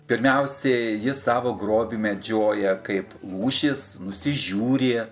pirmiausiai jis savo grobį medžioja kaip lūšis nusižiūri